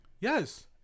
Yes